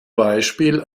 beispiel